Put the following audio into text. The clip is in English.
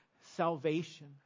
salvation